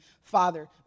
father